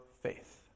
faith